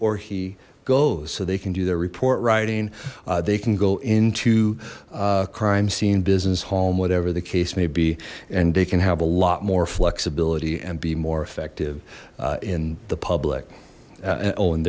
or he goes so they can do their report writing they can go into crime scene business home whatever the case may be and they can have a lot more flexibility and be more effective in the public